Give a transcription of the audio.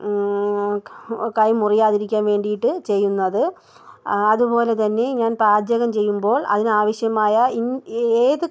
കൈ മുറിയാതിരിക്കാൻ വേണ്ടീട്ട് ചെയ്യുന്നത് അതുപോലെത്തന്നെ ഞാൻ പാചകം ചെയ്യുമ്പോൾ അതിന് ആവശ്യമായ ഇൻഗ്രീ ഏത്